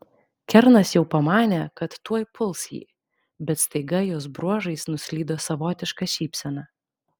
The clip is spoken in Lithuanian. kernas jau pamanė kad tuoj puls jį bet staiga jos bruožais nuslydo savotiška šypsena